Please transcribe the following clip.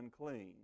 unclean